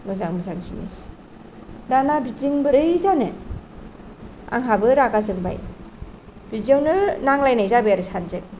मोजां मोजां जिनिस दाना बिदिजों बोरै जानो आंहाबो रागा जोंबाय बिदिआवनो नांलायनाय जाबाय आरो सानैजों